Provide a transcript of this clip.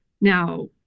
Now